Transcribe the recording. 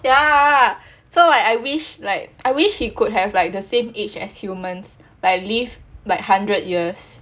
ya so like I wish like I wish he could have like the same age as humans like live like hundred years